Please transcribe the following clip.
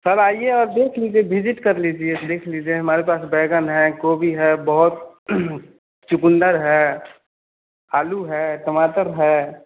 sir आइए और देख लीजिए बीजिट कर लीजिए देख लीजिए हमारे पास बैंगन है गोभी है बहुत चुकंदर है आलू है टमाटर है